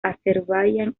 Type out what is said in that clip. azerbaiyán